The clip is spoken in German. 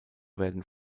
werden